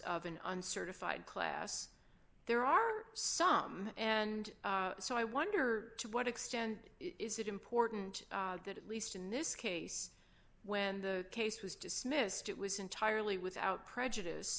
of an uncertified class there are some and so i wonder to what extent is it important that at least in this case when the case was dismissed it was entirely without prejudice